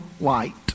light